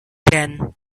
then